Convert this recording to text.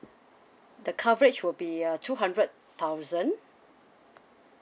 the coverage will be a two hundred thousand